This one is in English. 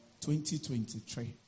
2023